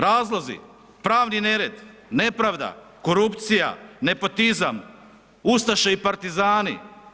Razlozi, pravni nered, nepravda, korupcija, nepotizam, ustaše i partizani.